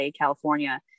California